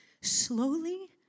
Slowly